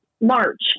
March